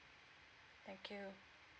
thank you